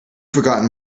forgotten